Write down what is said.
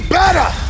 better